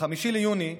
ב-5 ביוני,